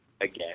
again